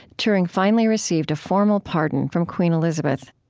turing finally received a formal pardon from queen elizabeth